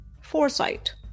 Foresight